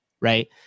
right